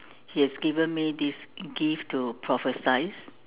he has given me this gift to prophecise